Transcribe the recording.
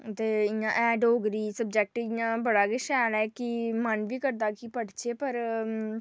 इ'यां एह् डोगरी सब्जैक्ट इ'यां बड़ा गै शैल ऐ कि मन बी करदा कि पढ़चै पर